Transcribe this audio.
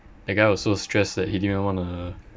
the guy was so stressed that he didn't even wanna